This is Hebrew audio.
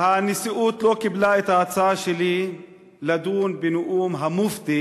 הנשיאות לא קיבלה את ההצעה שלי לדון בנאום המופתי